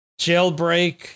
Jailbreak